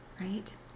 right